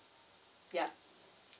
ya